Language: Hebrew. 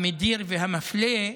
המדיר והמפלה,